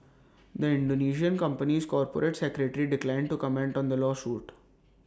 the Indonesian company's corporate secretary declined to comment on the lawsuit